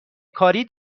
کاری